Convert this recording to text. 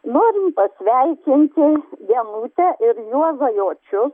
norim pasveikinti genutę ir juozą jočius